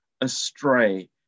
astray